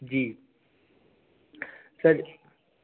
जी sir